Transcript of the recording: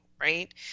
Right